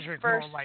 first